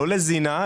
לא לזינה.